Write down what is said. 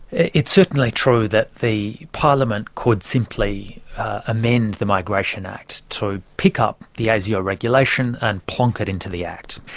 it's certainly true that the parliament could simply amend the migration act to pick up the asio regulation and plonk it into the act.